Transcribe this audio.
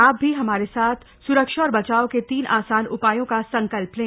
आप भी हमार साथ स्रक्षा और बचाव का तीन आसान उपायों का संकल्प लें